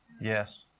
Yes